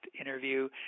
interview